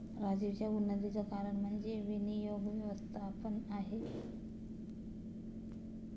राजीवच्या उन्नतीचं कारण म्हणजे विनियोग व्यवस्थापन आहे